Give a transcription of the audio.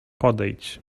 podejdź